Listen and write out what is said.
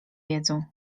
wiedzą